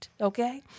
Okay